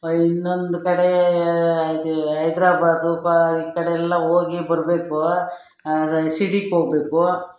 ಇನ್ನೊಂದು ಕಡೆ ಹೈದ್ರಾಬಾದ್ ಈ ಕಡೆಯೆಲ್ಲ ಹೋಗಿಬರ್ಬೇಕು ಶಿರ್ಡಿಗ್ ಹೋಗ್ಬೇಕು